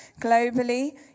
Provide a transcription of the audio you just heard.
globally